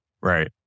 Right